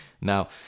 Now